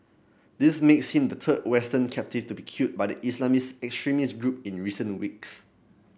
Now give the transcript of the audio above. this makes him the third Western captive to be killed by the Islamist extremist group in recent weeks